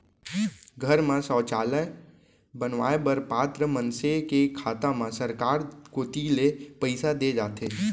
घर म सौचालय बनवाए बर पात्र मनसे के खाता म सरकार कोती ले पइसा दे जाथे